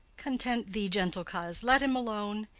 content thee, gentle coz, let him alone.